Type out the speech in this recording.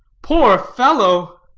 poor fellow!